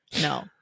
No